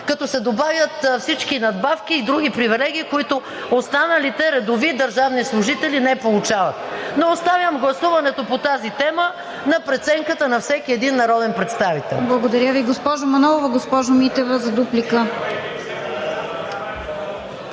като се добавят всички надбавки и други привилегии, които останалите редови държавни служители не получават. Но оставям гласуването по тази тема на преценката на всеки един народен представител. ПРЕДСЕДАТЕЛ РОСИЦА КИРОВА: Благодаря Ви, госпожо Манолова. Госпожо Митева, за дуплика.